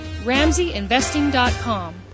RamseyInvesting.com